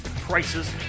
prices